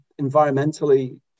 environmentally